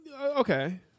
okay